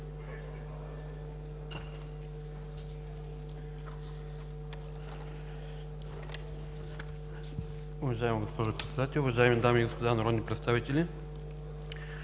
Уважаеми господин Председател, уважаеми дами и господа народни представители!